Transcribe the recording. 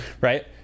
right